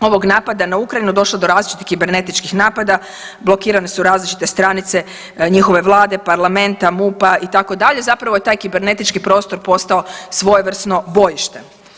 ovog napada na Ukrajinu došlo do različitih kibernetičkih napada, blokirane su različite stranice njihove vlade, parlamenta, MUP-a itd., zapravo je taj kibernetički prostor postao svojevrsno bojište.